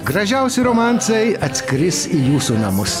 gražiausi romansai atskris į jūsų namus